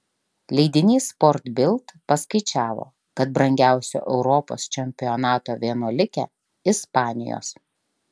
leidinys sport bild paskaičiavo kad brangiausia europos čempionato vienuolikė ispanijos